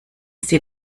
sie